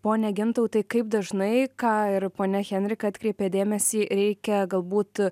pone gintautai kaip dažnai ką ir ponia henrika atkreipia dėmesį reikia galbūt